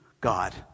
God